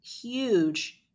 huge